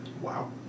Wow